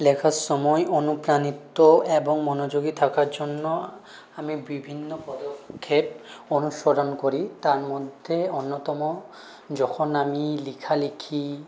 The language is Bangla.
লেখার সময়ে অনুপ্রাণিত এবং মনোযোগী থাকার জন্য আমি বিভিন্ন পদক্ষেপ অনুসরণ করি তার মধ্যে অন্যতম যখন আমি লেখালেখি